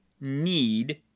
need